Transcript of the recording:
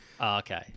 Okay